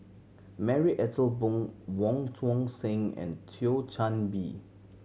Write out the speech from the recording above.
Marie Ethel Bong Wong Tuang Seng and Thio Chan Bee